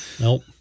Nope